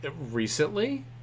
Recently